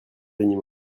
animaux